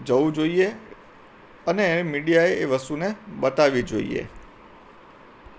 જવું જોઈએ અને મીડિયાએ એ વસ્તુને બતાવી જોઈએ